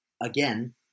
again